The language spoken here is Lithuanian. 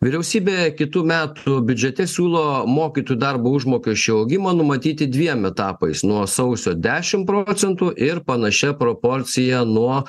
vyriausybė kitų metų biudžete siūlo mokytojų darbo užmokesčio augimą numatyti dviem etapais nuo sausio dešim procentų ir panašia proporcija nuo